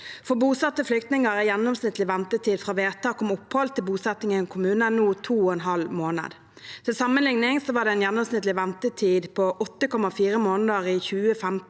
For bosatte flyktninger er gjennomsnittlig ventetid fra vedtak om opphold til bosetting i en kommune nå 2,5 måneder. Til sammenlikning var gjennomsnittlig ventetid på 8,4 måneder i 2015.